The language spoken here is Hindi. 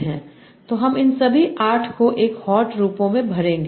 तो हम इन सभी 8 को एक हॉट रूपों मैं भरेंगे